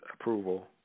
approval